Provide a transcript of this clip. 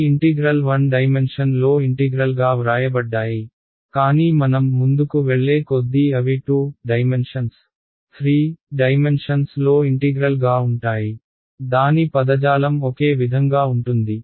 ఈ ఇంటిగ్రల్ 1 డైమెన్షన్లో ఇంటిగ్రల్ గా వ్రాయబడ్డాయి కానీ మనం ముందుకు వెళ్లే కొద్దీ అవి 2 డైమెన్షన్స్ 3 డైమెన్షన్స్ లో ఇంటిగ్రల్ గా ఉంటాయి దాని పదజాలం ఒకే విధంగా ఉంటుంది